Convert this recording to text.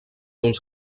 uns